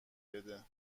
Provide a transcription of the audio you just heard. بده